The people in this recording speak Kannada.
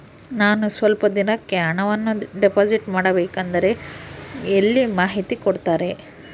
ನಾನು ಸ್ವಲ್ಪ ದಿನಕ್ಕೆ ಹಣವನ್ನು ಡಿಪಾಸಿಟ್ ಮಾಡಬೇಕಂದ್ರೆ ಎಲ್ಲಿ ಮಾಹಿತಿ ಕೊಡ್ತಾರೆ?